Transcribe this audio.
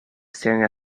staring